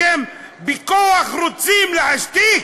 אתם בכוח רוצים להשתיק?